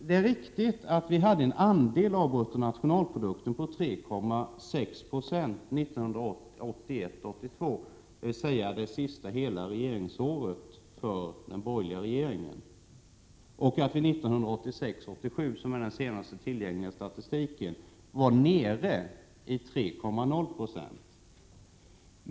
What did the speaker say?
Det är riktigt att försvarsutgifternas andel av bruttonationalprodukten var 3,6 20 åren 1981 87, som den senast tillgängliga statistiken gäller, var nere i 3,0 Jo.